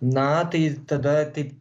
na tai tada taip